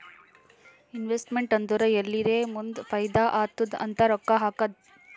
investment ಅಂದುರ್ ಎಲ್ಲಿರೇ ಮುಂದ್ ಫೈದಾ ಆತ್ತುದ್ ಅಂತ್ ರೊಕ್ಕಾ ಹಾಕದ್